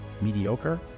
mediocre